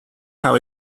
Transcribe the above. how